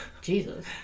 Jesus